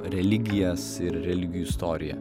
religijas ir religijų istoriją